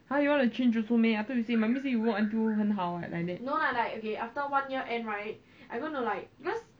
!huh! you want to change also meh I thought you say mummy say you work until 很好 leh like that